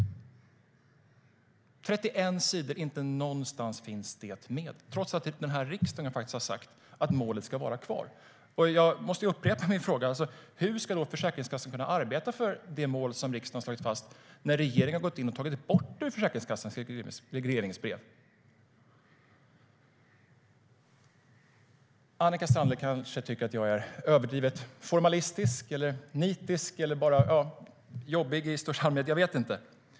På 31 sidor finns inte den frågan med, trots att riksdagen har sagt att målet ska vara kvar. Annika Strandhäll kanske tycker att jag är överdrivet formalistisk, nitisk eller jobbig i största allmänhet. Jag vet inte.